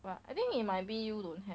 but I think in my B_U don't have